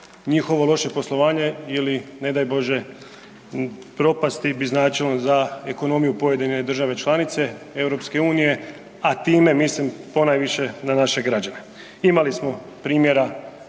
njihovo loše poslovanje ili ne daj Bože propasti bi značilo za ekonomiju pojedine države članice EU, a time mislim ponajviše na naše građane. Imali smo primjera